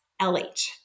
LH